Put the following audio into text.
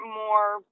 more